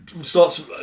Starts